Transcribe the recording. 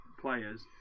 players